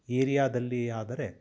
ಏರಿಯಾದಲ್ಲಿ ಆದರೆ